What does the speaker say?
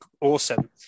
awesome